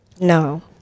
no